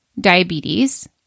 diabetes